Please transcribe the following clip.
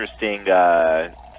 interesting